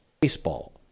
Baseball